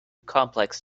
complex